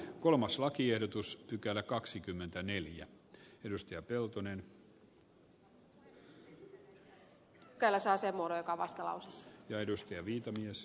esitän että pykälä saa sen muodon joka on vastalauseessa